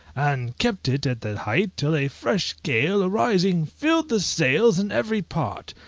and kept it at the height till a fresh gale arising filled the sails in every part,